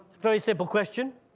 very simple question.